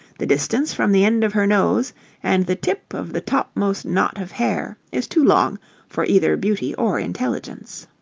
the distance from the end of her nose and the tip of the topmost knot of hair is too long for either beauty or intelligence.